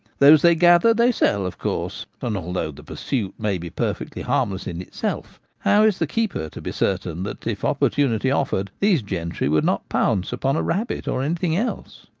those they gather they sell, of course and although the pursuit may be perfectly harmless in itself, how is the keeper to be certain that, if opportunity offered, these gentry would not pounce upon a rabbit or anything else?